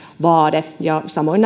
vaade ja samoin